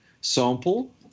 sample